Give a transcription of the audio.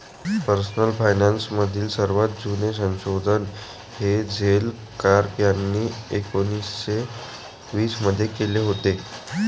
personal finance मधील सर्वात जुने संशोधन हेझेल कर्क यांनी एकोन्निस्से वीस मध्ये केले होते